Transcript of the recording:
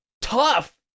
tough